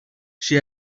she